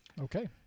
okay